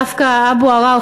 דווקא אבו עראר,